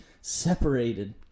separated